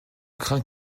crains